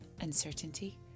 uncertainty